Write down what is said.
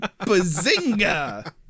bazinga